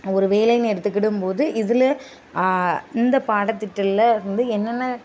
ஒரு வேலையின்னு எடுத்துகிடும் போது இதில் இந்த பாடத்திட்டலில் வந்து என்னென்ன